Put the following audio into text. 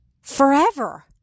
forever